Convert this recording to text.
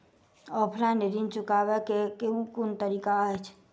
Offline ऋण चुकाबै केँ केँ कुन तरीका अछि?